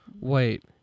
wait